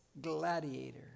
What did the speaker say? Gladiator